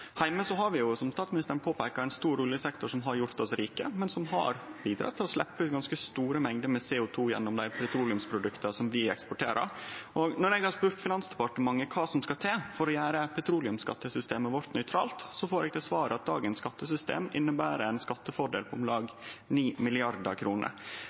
har vi, som statsministeren påpeikar, ein stor oljesektor som har gjort oss rike, men som har bidrege til å sleppe ut ganske store mengder med CO 2 gjennom dei petroleumsprodukta vi eksporterer. Når eg har spurt Finansdepartementet kva som skal til for å gjere petroleumsskattesystemet vårt nøytralt, får eg til svar at dagens skattesystem inneber ein skattefordel på om